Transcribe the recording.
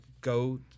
Go